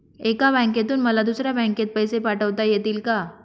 एका बँकेतून मला दुसऱ्या बँकेत पैसे पाठवता येतील का?